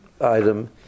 item